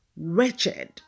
wretched